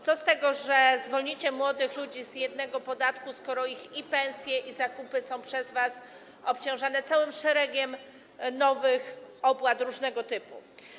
Co z tego, że zwolnicie młodych ludzi z jednego podatku, skoro ich pensje i zakupy są przez was obciążane całym szeregiem nowych opłat różnego typu?